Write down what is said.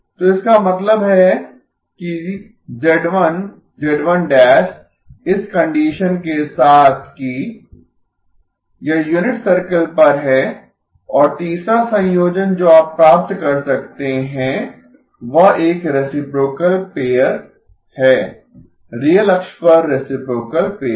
तो इसका मतलब है कि z1 इस कंडीशन के साथ कि ¿ z1 ∨¿ 1 यह यूनिट सर्किल पर है और तीसरा संयोजन जो आप प्राप्त कर सकते हैं वह एक रेसिप्रोकल पेयर है रियल अक्ष पर रेसिप्रोकल पेयर